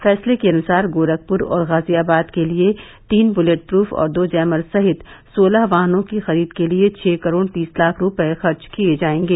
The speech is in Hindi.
फैसले के अनुसार गोरखप्र और गाजियाबाद के लिये तीन बुलेटप्रफ और दो जैमर सहित सोलह वाहनों की खरीद के लिये छः करोड़ तीस लाख रूपये खर्च किये जायेंगे